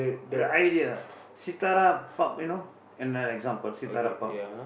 the idea Sithara pub you know another example pub